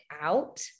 out